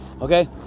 okay